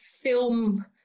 film